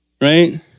right